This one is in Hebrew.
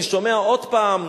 אני שומע עוד פעם: